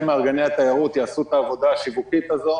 מארגני התיירות יעשו את העבודה השיווקית הזו.